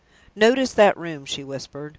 notice that room, she whispered.